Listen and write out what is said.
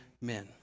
men